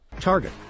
Target